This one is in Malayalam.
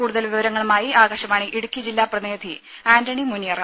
കൂടുതൽ വിവരങ്ങളുമായി ആകാശവാണി ഇടുക്കി ജില്ലാ പ്രതിനിധി ആന്റണി മുനിയറ